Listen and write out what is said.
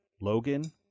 logan